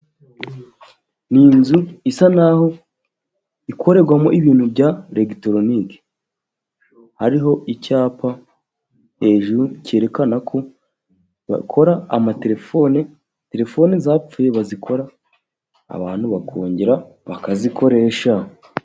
Ni inzu isa naho ikorerwamo ibintu bya elegitoronike, hariho icyapa hejuru cyerekana ko bakora amatelefoni. Telefoni zapfuye bazikora abantu bakongera bakazikoresha.